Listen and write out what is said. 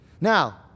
now